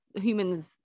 humans